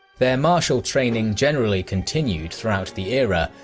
their martial training generally continued throughout the era,